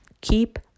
keep